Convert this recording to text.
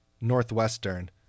Northwestern